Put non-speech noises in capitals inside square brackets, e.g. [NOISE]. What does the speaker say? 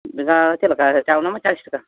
ᱵᱮᱸᱜᱟᱲ ᱪᱮᱫᱞᱮᱠᱟ [UNINTELLIGIBLE] ᱚᱱᱟ ᱢᱟ ᱪᱟᱨᱥᱚ ᱴᱟᱠᱟ